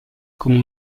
come